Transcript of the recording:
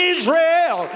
Israel